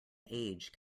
age